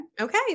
Okay